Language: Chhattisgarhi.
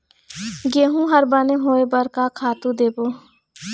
गेहूं हर बने होय बर का खातू देबो?